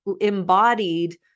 embodied